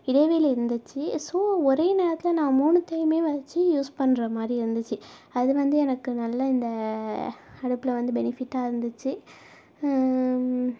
இடைவெளி இருந்துச்சு ஒரே நேரத்தில் நான் மூணுத்தையும் வெச்சு யூஸ் பண்ணுறமாரி இருந்துச்சு அது வந்து எனக்கு நல்லா இந்த அடுப்பில் வந்து பெனிஃபிட்டாக இருந்துச்சு